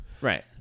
right